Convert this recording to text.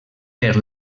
per